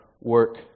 work